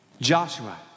Joshua